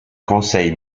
conseil